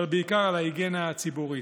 אבל בעיקר על ההיגיינה הציבורית.